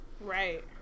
Right